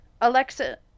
Alexa